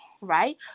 Right